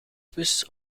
bus